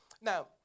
Now